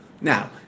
Now